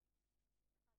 להתארגן.